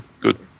good